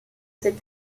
ses